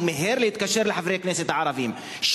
הוא מיהר להתקשר לחברי הכנסת הערבים.